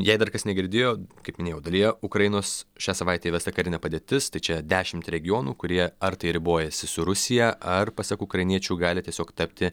jei dar kas negirdėjo kaip minėjau dalyje ukrainos šią savaitę įvesta karinė padėtis tai čia dešimt regionų kurie ar tai ribojasi su rusija ar pasak ukrainiečių gali tiesiog tapti